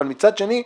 אבל מצד שני,